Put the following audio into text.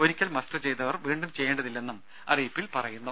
ഒരിക്കൽ മസ്റ്റർ ചെയ്തവർ വീണ്ടും ചെയ്യേണ്ടതില്ലെന്നും അറിയിപ്പിൽ പറയുന്നു